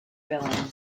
villains